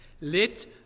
Let